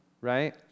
right